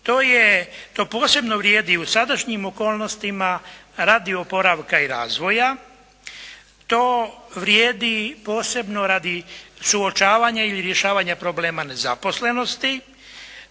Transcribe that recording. To posebno vrijedi u sadašnjim okolnostima radi oporavka i razvoja. To vrijedi posebno radi suočavanja ili rješavanja problema nezaposlenosti.